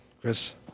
Chris